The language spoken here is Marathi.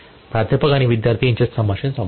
प्राध्यापक आणि विद्यार्थी यांच्यात संभाषण संपेल